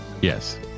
Yes